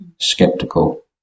skeptical